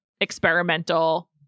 experimental